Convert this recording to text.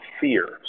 fear